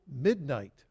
midnight